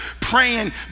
praying